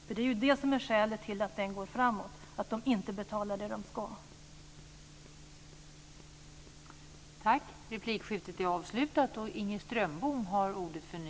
Skälet till att kolkraften går framåt är ju att den inte betalar det som den ska.